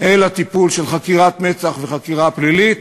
אל הטיפול של חקירת מצ"ח וחקירה פלילית,